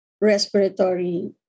respiratory